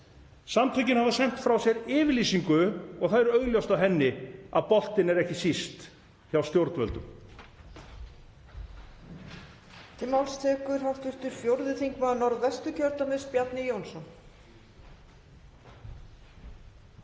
Samtökin hafa sent frá sér yfirlýsingu og það er augljóst á henni að boltinn er ekki síst hjá stjórnvöldum.